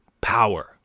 power